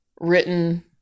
written